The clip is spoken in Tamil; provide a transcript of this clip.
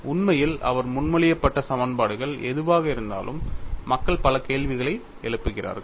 உண்மையில் அவர் முன்மொழியப்பட்ட சமன்பாடுகள் எதுவாக இருந்தாலும் மக்கள் பல கேள்விகளை எழுப்புகிறார்கள்